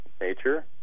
nature